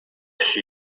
she